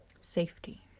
Safety